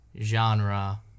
genre